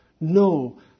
no